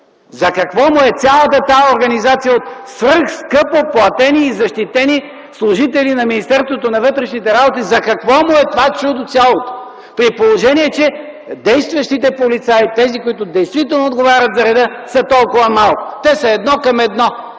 За какво му е цялата тази организация от свръхскъпо платени и защитени служители на Министерството на вътрешните работи? За какво му е това цялото чудо!? При положение че действащите полицаи, тези, които действително отговарят за реда, са толкова малко. Те са едно към едно.